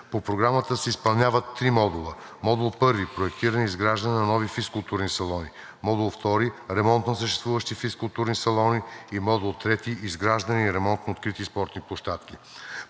По Програмата се изпълняват три модула: модул първи „Проектиране и изграждане на нови физкултурни салони“; модул втори „Ремонт на съществуващи физкултурни салони“ и модул трети „Изграждане и ремонт на открити спортни площадки“.